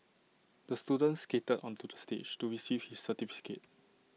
the student skated onto the stage to receive his certificate